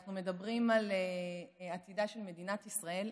אנחנו מדברים על עתידה של מדינת ישראל,